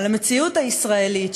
על המציאות הישראלית,